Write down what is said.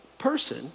person